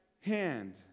hand